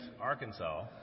Arkansas